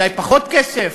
אולי פחות כסף,